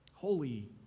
Holy